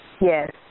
Yes